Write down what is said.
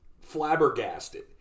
flabbergasted